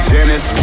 Dennis